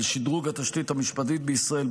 של שדרוג התשתית המשפטית בישראל,